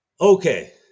Okay